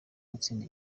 gutsinda